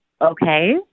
okay